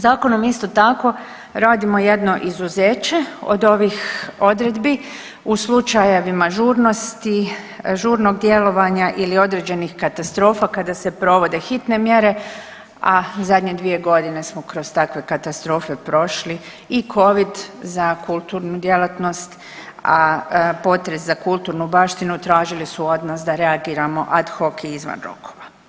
Zakonom isto tako radimo jedno izuzeće od ovih odredbi u slučajevima žurnosti, žurnog djelovanja ili određenih katastrofa kada se provode hitne mjere, a zadnje dvije godine smo kroz takve katastrofe prošli i Covid za kulturnu djelatnost, a potres za kulturnu baštinu tražili su od nas da reagiramo ad hoc i izvan rokova.